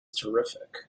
terrific